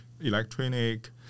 electronic